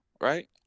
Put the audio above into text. right